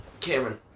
Cameron